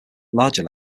larger